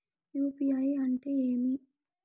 UPI అంటే ఏమి?